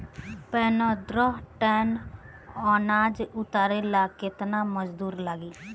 पन्द्रह टन अनाज उतारे ला केतना मजदूर लागी?